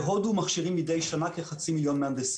בהודו מכשירים מדי שנה כחצי מיליון מהנדסים.